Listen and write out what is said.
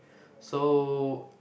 so